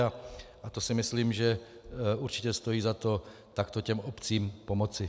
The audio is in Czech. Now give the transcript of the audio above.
A to si myslím, že určitě stojí za to takto obcím pomoci.